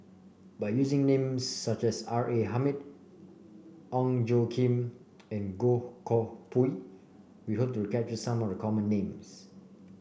by using names such as R A Hamid Ong Tjoe Kim and Goh Koh Pui we hope to capture some of the common names